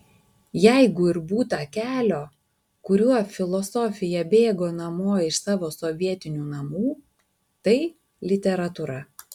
jeigu ir būta kelio kuriuo filosofija bėgo namo iš savo sovietinių namų tai literatūra